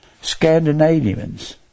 Scandinavians